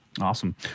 awesome